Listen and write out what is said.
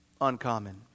uncommon